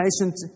patient